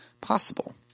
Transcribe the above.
possible